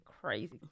crazy